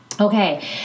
Okay